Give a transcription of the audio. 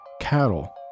cattle